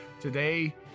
today